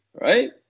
right